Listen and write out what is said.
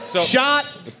Shot